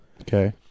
Okay